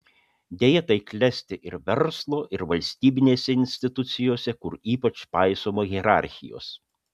deja tai klesti ir verslo ir valstybinėse institucijose kur ypač paisoma hierarchijos